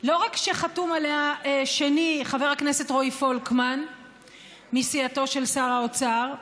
לא רק שחתום עליה שֵני חבר הכנסת רועי פולקמן מסיעתו של שר האוצר,